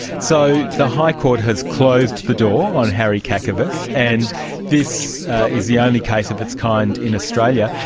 so the high court has closed the door on harry kakavas, and this is the only case of its kind in australia.